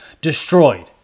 destroyed